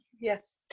Yes